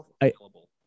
available